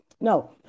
No